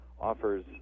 Offers